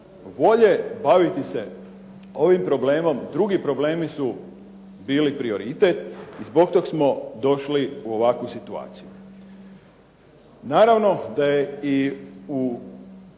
volje baviti se ovim problemom, drugi problemi su bili prioritet i zbog tog smo došli u ovakvu situaciju. Naravno da je i u